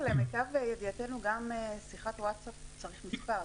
למיטב ידיעתנו גם בשביל שיחת ווטסאפ צריך מספר.